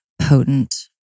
potent